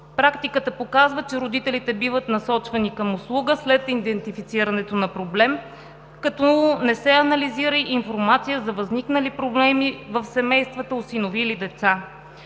Практиката показва, че родителите биват насочвани към услуга след идентифицирането на проблем, като не се анализира информация за възникнали проблеми в семействата, осиновили деца.